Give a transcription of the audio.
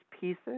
pieces